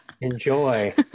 enjoy